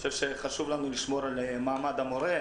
גם אני חושב שחשוב לנו לשמור על מעמד המורה.